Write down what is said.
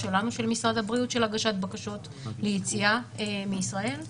של משרד הבריאות של הגשת בקשות ליציאה מישראל.